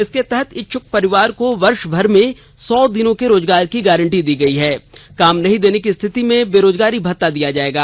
इसके तहत इच्छुक परिवार को वर्षभर में सौ दिनों के रोजगार की गारंटी दी गई है काम नहीं देने की रिथति में बेरोजगारी भत्ता दिया जाएगा